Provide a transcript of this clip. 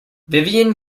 vivian